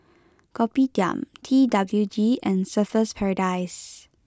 Kopitiam T W G and Surfer's Paradise